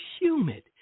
humid